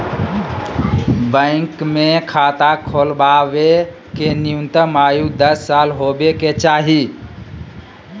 bank मे खाता खोलबावे के न्यूनतम आयु दस साल होबे के चाही